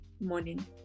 Morning